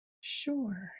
Sure